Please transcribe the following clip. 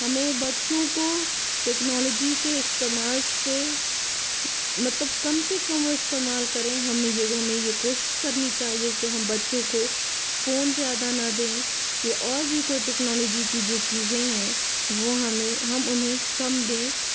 ہمیں بچوں کو ٹیکنالوجی کے استعمال سے مطلب کم سے کم وہ استعمال کریں ہمیں یہ ہمیں یہ کوشش کرنی چاہیے کہ ہم بچوں کو فون زیادہ نہ دیں یا اور بھی کوئی ٹیکنالوجی کی جو چیزیں ہیں وہ ہمیں ہم انہیں کم دیں